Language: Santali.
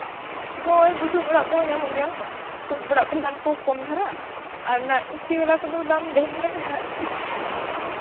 ᱦᱳᱭ ᱵᱩᱥᱩᱵ ᱚᱲᱟᱜ ᱠᱚᱦᱚᱸ ᱧᱟᱢᱚᱜ ᱜᱮᱭᱟ ᱵᱩᱥᱩᱵ ᱚᱲᱟᱜ ᱠᱚᱨᱮᱜ ᱫᱟᱢ ᱠᱚ ᱠᱚᱢ ᱫᱷᱟᱨᱟ ᱟᱨ ᱚᱱᱟ ᱮᱥᱤ ᱵᱟᱞᱟ ᱠᱚᱫᱚ ᱫᱟᱢ ᱰᱷᱮᱨ ᱫᱷᱟᱨᱟ